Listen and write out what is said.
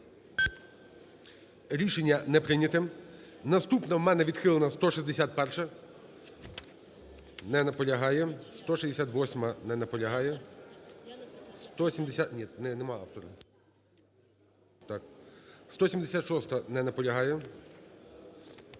Рішення не прийняте. Наступна у мне відхилена 161-а. Не наполягає. 168-а. Не наполягає. 176-а. Не наполягає.